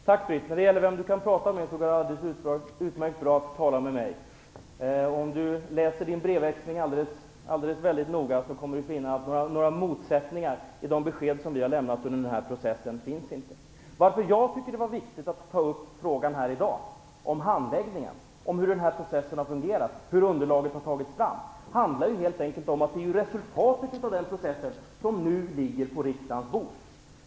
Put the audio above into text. Fru talman! När det gäller frågan om vem ni kan prata med vill jag säga att det går alldeles utmärkt att tala med mig. Om Britt Bohlin läser brevväxlingen alldeles väldigt noga kommer hon att finna att det inte finns några motsättningar mellan de besked vi har lämnat under denna process. Anledningen till att jag tyckte att det var viktigt att ta upp frågan om handläggningen, hur processen har fungerat och hur underlaget har tagits fram här i dag är helt enkelt att det är resultatet av den processen som nu ligger på riksdagens bord.